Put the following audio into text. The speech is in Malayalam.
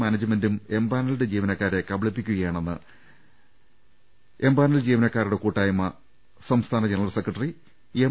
മാനേജ് മെന്റും എംപാനൽഡ് ജീവനക്കാരെ കബളിപ്പിക്കുകയാണെന്ന് എം പാനൽഡ് കൂട്ടായ്മ സംസ്ഥാന ജനറൽസെക്രട്ടറി എം